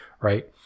right